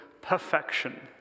perfection